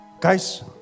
Guys